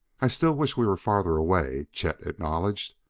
i still wish we were farther away, chet acknowledged,